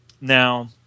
Now